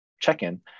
check-in